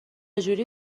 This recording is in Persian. جوری